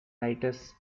writers